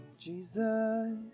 Jesus